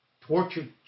Tortured